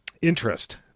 interest